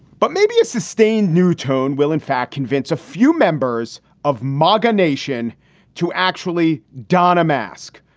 but maybe a sustained new tone will, in fact, convince a few members of mauga nation to actually don a mask,